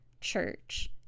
church